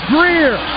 Greer